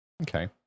Okay